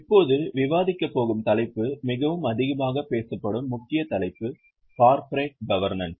இப்போது விவாதிக்கப்போகும் தலைப்பு மிகவும் அதிகமாக பேசப்படும் முக்கிய தலைப்பு "கார்ப்பரேட் கவர்னன்ஸ்"